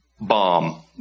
Bomb